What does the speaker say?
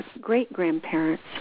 great-grandparents